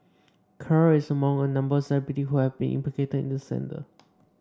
kerr is among a number of celebrities who have been implicated in the scandal